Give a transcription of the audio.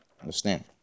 understand